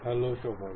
hello সবাই